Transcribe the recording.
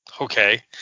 Okay